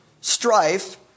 strife